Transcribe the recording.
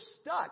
stuck